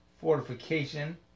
fortification